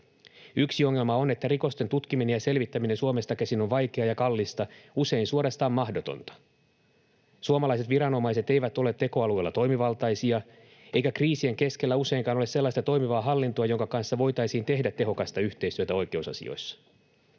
Yksi ongelma on, että rikosten tutkiminen ja selvittäminen Suomesta käsin on vaikeaa ja kallista, usein suorastaan mahdotonta. Suomalaiset viranomaiset eivät ole tekoalueella toimivaltaisia, eikä kriisien keskellä useinkaan ole sellaista toimivaa hallintoa, jonka kanssa voitaisiin tehdä tehokasta yhteistyötä oikeusasioissa.